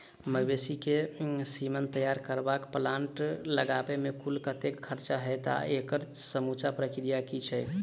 मवेसी केँ सीमन तैयार करबाक प्लांट लगाबै मे कुल कतेक खर्चा हएत आ एकड़ समूचा प्रक्रिया की छैक?